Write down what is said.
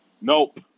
Nope